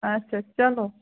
اچھا چلو